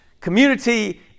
community